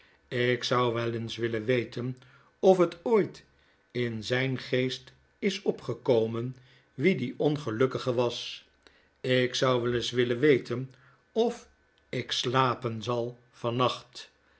ik zou wel eens willen weten of het ooit in zyn geest is opgekomen wie die ongelukkige was i jk zou wel eens willen weten of ik slapen zal van nacht